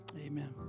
amen